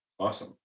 Awesome